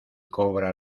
cobra